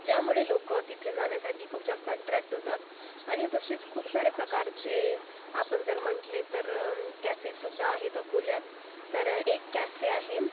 ज्यामुळे लोक तिथे जाण्यासाठी खूप जास्त ॲट्रॅक्ट होतात आणि तसेच खूप साऱ्या प्रकारचे आपण जर म्हटले तर कॅफेसुध्दा आहेत अकोल्यात तर एक कॅफे आहे